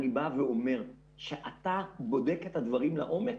אני בא ואומר: כשאתה בודק את הדברים לעומק,